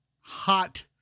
Hot